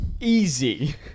easy